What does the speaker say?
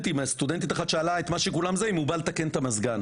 וסטודנטית אחת שאלה אם הוא בא לתקן את המזגן,